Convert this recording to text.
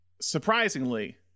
Surprisingly